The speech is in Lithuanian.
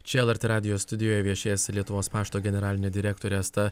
čia lrt radijo studijoje viešės lietuvos pašto generalinė direktorė asta